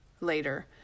later